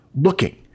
looking